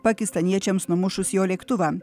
pakistaniečiams numušus jo lėktuvą